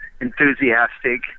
enthusiastic